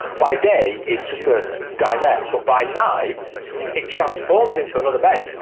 by day it's just a dinette, but by night it transforms into another bed.